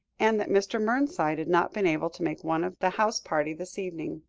and that mr. mernside had not been able to make one of the house party this evening.